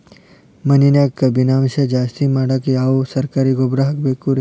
ಮಣ್ಣಿನ್ಯಾಗ ಕಬ್ಬಿಣಾಂಶ ಜಾಸ್ತಿ ಮಾಡಾಕ ಯಾವ ಸರಕಾರಿ ಗೊಬ್ಬರ ಹಾಕಬೇಕು ರಿ?